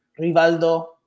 Rivaldo